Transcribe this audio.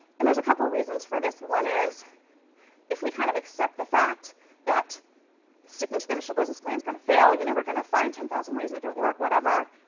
and there's a couple reasons for this. one is if we kind of accept the fact that sticking to the initial business plan's going to fail, you know we're going to find ten thousand ways that don't work, whatever,